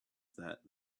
that